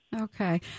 Okay